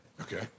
Okay